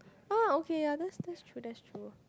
ah okay ya that's that's true that's true